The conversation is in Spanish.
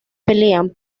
pelean